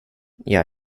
gör